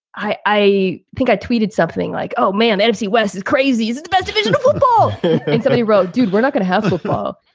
i i think i tweeted something like, oh, man. nfc west is crazy, is the best division football. i think somebody wrote, dude, we're not gonna have football.